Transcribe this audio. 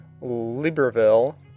Libreville